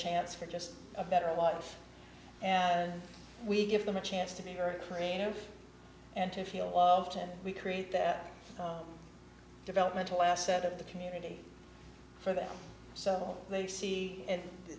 chance for just a better life and we give them a chance to be earth creative and to feel loved and we create that developmental asset of the community for them so they see